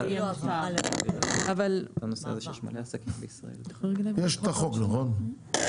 יש את החוק נכון?